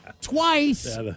twice